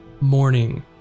morning